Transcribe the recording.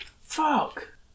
Fuck